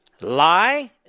lie